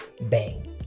bang